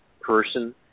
person